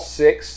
six